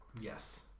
Yes